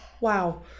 Wow